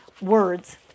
words